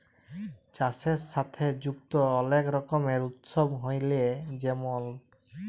চাষের সাথে যুক্ত অলেক রকমের উৎসব হ্যয়ে যেমল